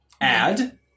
add